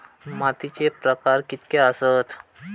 मातीचे प्रकार कितके आसत?